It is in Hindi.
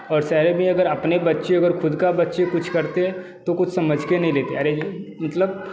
और शहर में अगर अपने बच्चे अगर ख़ुद का बच्चा कुछ करता है तो कुछ समझ के नहीं लेते अरे मतलब